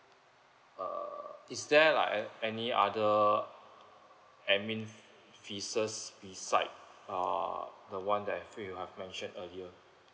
uh is there like a~ any other admin fees beside uh the [one] that I feel you have mention earlier